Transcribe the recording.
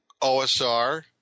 OSR